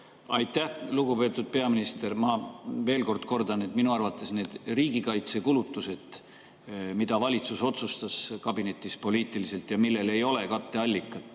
Aitäh! Lugupeetud peaminister! Ma veel kord kordan, et minu arvates need riigikaitsekulutused, mida valitsus otsustas kabinetis poliitiliselt ja millel ei ole katteallikat